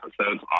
episodes